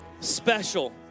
special